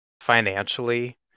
financially